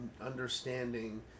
understanding